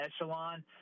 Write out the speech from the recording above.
echelon